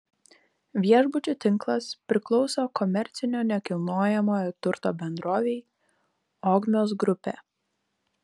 viešbučių tinklas priklauso komercinio nekilnojamojo turto bendrovei ogmios grupė